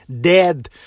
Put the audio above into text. dead